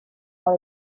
cael